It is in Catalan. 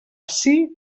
ací